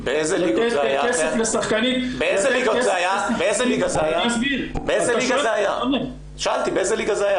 לתת כסף לשחקנית --- שאלה באיזו ליגה זה היה.